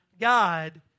God